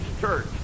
church